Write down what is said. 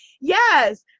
yes